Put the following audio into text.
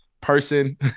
person